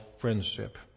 friendship